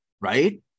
Right